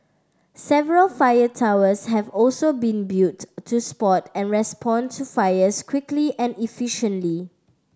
several fire towers have also been built to spot and respond to fires quickly and efficiently